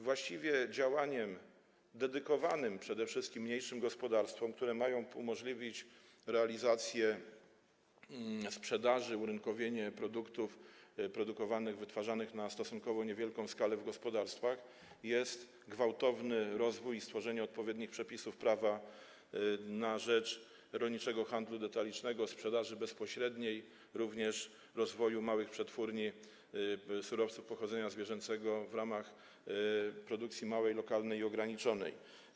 Właściwie działaniem dedykowanym przede wszystkim mniejszym gospodarstwom, które ma umożliwić realizację sprzedaży, urynkowienie produktów wytwarzanych na stosunkowo niewielką skalę w gospodarstwach, jest gwałtowny rozwój i stworzenie odpowiednich przepisów prawa na rzecz rolniczego handlu detalicznego, sprzedaży bezpośredniej, również rozwoju małych przetwórni surowców pochodzenia zwierzęcego w ramach produkcji małej, lokalnej i ograniczonej.